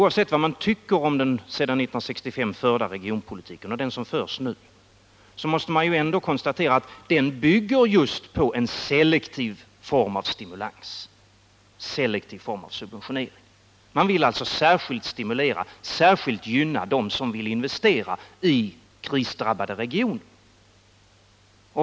Oavsett vad man tycker om den sedan 1965 förda regionalpolitiken och den som förs nu, måste man ändå konstatera att den bygger just på en selektiv form av stimulans och subventionering. Man vill alltså särskilt stimulera och gynna dem som vill investera i krisdrabbade regioner.